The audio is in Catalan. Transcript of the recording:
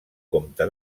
comte